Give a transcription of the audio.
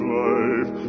life